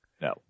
No